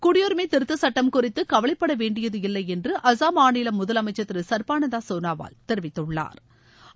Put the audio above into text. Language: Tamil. குடியுரிமை திருத்தச் சுட்டம் குறித்து கவலைப்பட வேண்டியது இல்லை என்று அசாம் மாநில முதலமைச்சர் திரு சர்பானாந்த சோனோவால் தெரிவித்துள்ளாா்